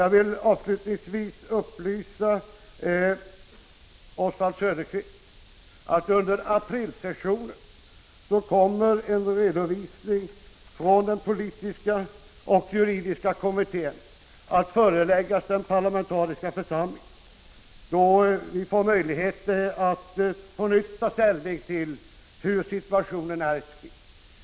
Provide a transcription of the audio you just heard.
Jag vill upplysa Oswald Söderqvist om att under aprilsessionen kommer en redovisning från den politiska och juridiska kommittén att föreläggas den parlamentariska församlingen. Då får vi möjligheter att på nytt ta ställning till hur situationen är i Turkiet.